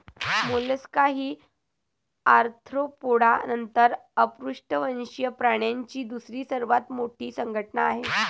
Mollusca ही Arthropoda नंतर अपृष्ठवंशीय प्राण्यांची दुसरी सर्वात मोठी संघटना आहे